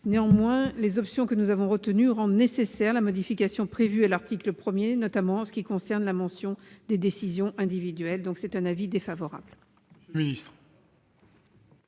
Néanmoins, les options que nous avons retenues rendent nécessaire la modification prévue à l'article 1, en particulier en ce qui concerne la mention des décisions individuelles. L'avis de